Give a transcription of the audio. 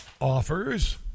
offers